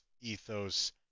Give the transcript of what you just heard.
Ethos